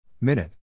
Minute